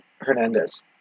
Hernandez